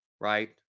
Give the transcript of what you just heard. Right